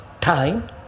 time